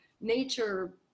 nature